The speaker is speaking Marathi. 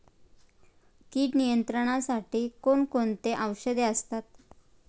कीड नियंत्रणासाठी कोण कोणती औषधे असतात?